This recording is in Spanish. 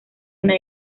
una